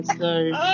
sorry